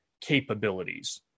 capabilities